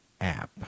app